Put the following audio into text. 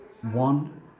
One